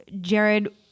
Jared